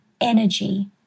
energy